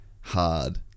hard